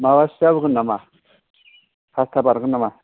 माबासो जाबोगोन नामा पासटा बारगोन नामा